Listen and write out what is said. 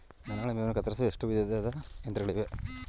ದನಗಳ ಮೇವನ್ನು ಕತ್ತರಿಸಲು ಎಷ್ಟು ವಿಧದ ಯಂತ್ರಗಳಿವೆ?